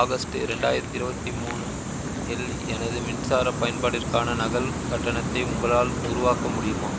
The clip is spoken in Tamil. ஆகஸ்ட் இரண்டாயிரத்து இருபத்தி மூணு இல் எனது மின்சார பயன்பாட்டிற்கான நகல் கட்டணத்தை உங்களால் உருவாக்க முடியுமா